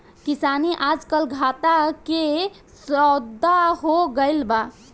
किसानी आजकल घाटा के सौदा हो गइल बा